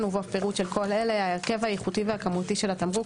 ובו פירוט של כל אלה: ההרכב האיכותי והכמותי של התמרוק,